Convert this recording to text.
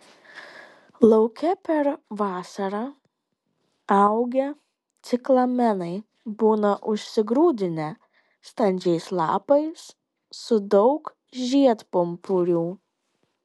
lauke per vasarą augę ciklamenai būna užsigrūdinę standžiais lapais su daug žiedpumpurių